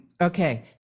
Okay